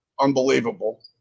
unbelievable